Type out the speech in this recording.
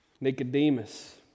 Nicodemus